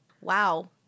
wow